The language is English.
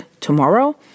tomorrow